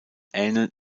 ähneln